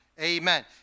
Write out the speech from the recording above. Amen